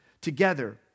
together